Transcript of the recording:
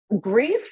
Grief